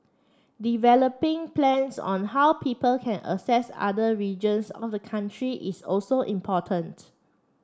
developing plans on how people can access other regions of the country is also important